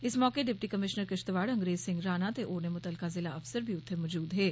इस मौके deputy commissioner Kishtwar Angrez Singh Rana ते होरनें मुतलका जिला अफसर बी उत्थे मजूद हे